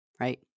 right